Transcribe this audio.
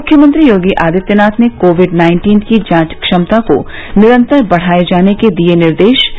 मुख्यमंत्री योगी आदित्यनाथ ने COVID nineteen की जांच क्षमता को निरन्तर बढ़ाये जाने के निर्देश दिए